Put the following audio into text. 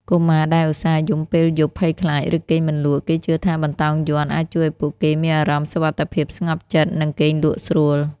កុមារដែលឧស្សាហ៍យំពេលយប់ ភ័យខ្លាច ឬគេងមិនលក់ គេជឿថាបន្តោងយ័ន្តអាចជួយឱ្យពួកគេមានអារម្មណ៍សុវត្ថិភាព ស្ងប់ចិត្ត និងគេងលក់ស្រួល។